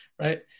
right